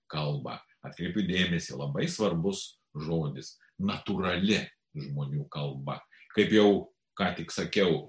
kalbą atkreipiu dėmesį labai svarbus žodis natūrali žmonių kalba kaip jau ką tik sakiau